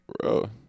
bro